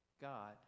God